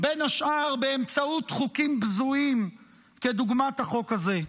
בין השאר באמצעות חוקים בזויים כדוגמת החוק הזה.